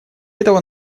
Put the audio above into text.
этого